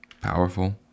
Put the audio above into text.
powerful